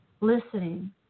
listening